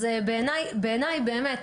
אז בעיניי, באמת,